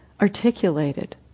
articulated